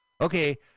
Okay